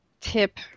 tip –